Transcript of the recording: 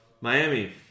Miami